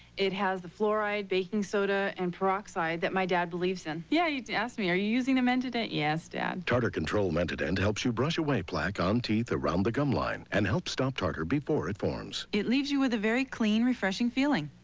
it has the fluoride baking soda and peroxide that my dad believes in. yeah, he did ask me, are you using the mentadent? yes, dad. tartar control mentadent helps you brush away plaque on teeth around the gumline and helps stop tartar before it forms. it leaves you with a very clean, refreing feeling.